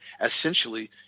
essentially